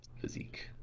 physique